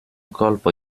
colpo